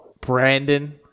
Brandon